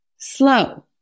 Slow